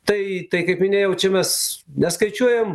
tai tai kaip minėjau čia mes neskaičiuojam